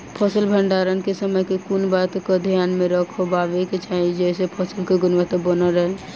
फसल भण्डारण केँ समय केँ कुन बात कऽ ध्यान मे रखबाक चाहि जयसँ फसल केँ गुणवता बनल रहै?